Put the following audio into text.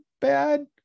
bad